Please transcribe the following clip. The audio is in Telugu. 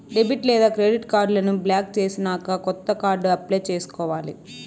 డెబిట్ లేదా క్రెడిట్ కార్డులను బ్లాక్ చేసినాక కొత్త కార్డు అప్లై చేసుకోవాలి